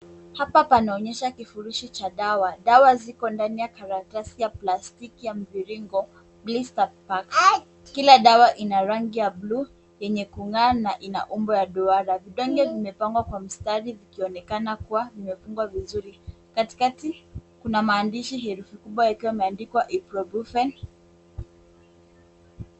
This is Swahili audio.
Hapa panaonyesha kifurishi cha dawa. Dawa ziko ndani ya karatasi ya plastiki ya mviringo, blister pack. Kila dawa ina rangi ya buluu yenye kung'aa na ina umbo la duara. Vidonge vimepangwa kwa mstari vikionekana kuwa vimefungwa vizuri. Katikati kuna maandishi herufi kubwa ikiwa imeandikwa Iprobufen.